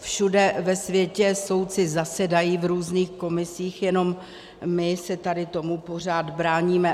Všude ve světě soudci zasedají v různých komisích, jenom my se tady tomu pořád bráníme.